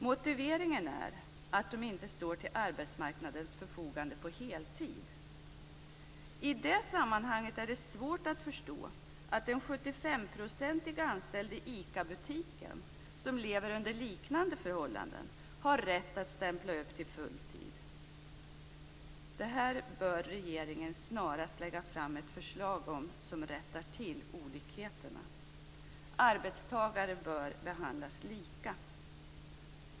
Motiveringen är att de inte står till arbetsmarknadens förfogande på heltid. Det är i det sammanhanget svårt att förstå att en 75-procentigt anställd i en ICA-butik, en person som lever under liknande förhållanden, har rätt att stämpla upp till full tid. Regeringen bör snarast lägga fram ett förslag för att rätta till dessa olikheter. Arbetstagare bör behandlas lika.